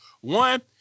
One